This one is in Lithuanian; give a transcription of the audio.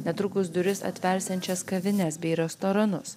netrukus duris atversiančias kavines bei restoranus